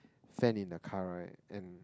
fan in the car right and